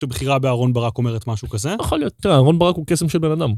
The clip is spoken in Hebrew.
כשבחירה באהרון ברק אומרת משהו כזה, יכול להיות, תראה, אהרון ברק הוא קסם של בן אדם.